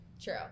true